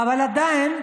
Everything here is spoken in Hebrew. אבל עדיין,